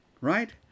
Right